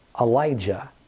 Elijah